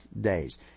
days